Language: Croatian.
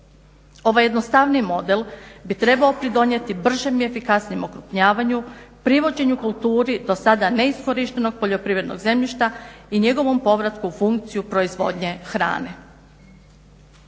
Ovaj jednostavniji model bi trebao pridonijeti bržem i efikasnijem okrupnjavanju, privođenju kulturi do sada neiskorištenog poljoprivrednog zemljišta i njegovim povratkom u funkciju proizvodnje hrane.